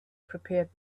prepared